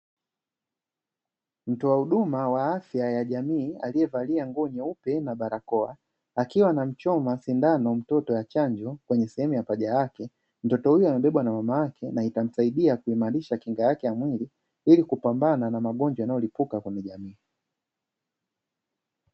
Mtoa huduma wa afya ya jamii, alievalia nguo nyeupe na barakoa, akiwa anamchoma sindano mtoto, ya chanjo kwenye sehemu ya paja lake. Mtoto huyo amebebwa na mama yake na itamsidia kuimarisha kinga yake ya mwili, ili kupambana na magonjwa yanayolipuka kwenye jamii.